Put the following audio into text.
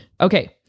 Okay